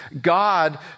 God